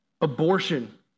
abortion